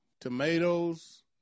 tomatoes